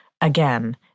Again